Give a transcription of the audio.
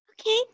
Okay